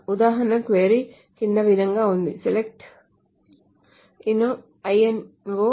ఉదాహరణ క్వరీ కింది విధంగా ఉంది select lno from loan where amount is null